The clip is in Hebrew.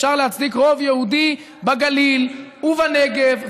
אפשר להצדיק רוב יהודי בגליל ובנגב,